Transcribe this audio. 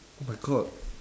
oh my god